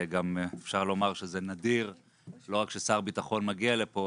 אפשר גם לומר שזה נדיר שלא רק ששר ביטחון מגיע לפה,